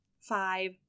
five